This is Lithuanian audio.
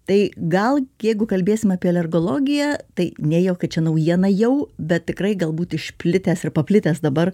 tai gal jeigu kalbėsim apie alergologiją tai ne jokia čia naujiena jau bet tikrai galbūt išplitęs ir paplitęs dabar